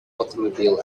automobile